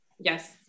Yes